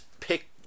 pick